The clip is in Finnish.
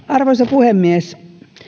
arvoisa puhemies